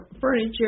furniture